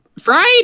Fried